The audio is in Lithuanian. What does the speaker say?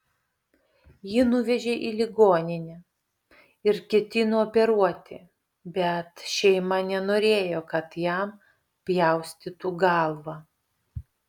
jį nuvežė į ligoninę ir ketino operuoti bet šeima nenorėjo kad jam pjaustytų galvą